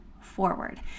forward